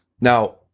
Now